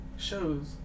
Shows